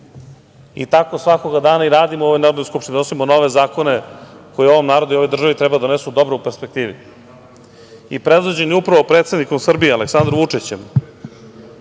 i tako svakoga dana i radimo u ovoj Narodnoj skupštini, donosimo nove zakone koje ovom narodu i ovoj državi treba da donesu dobro u perspektivi. Predvođeni upravo predsednikom Srbije, Aleksandrom Vučićem,